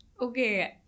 Okay